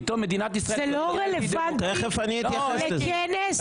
פתאום מדינת ישראל --- זה לא רלוונטי לכנס הקיץ.